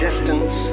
Distance